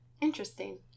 interesting